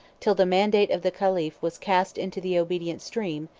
till the mandate of the caliph was cast into the obedient stream,